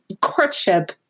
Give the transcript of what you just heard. courtship